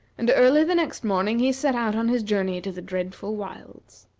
and early the next morning he set out on his journey to the dreadful wilds.